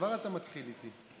כבר אתה מתחיל איתי.